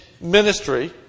ministry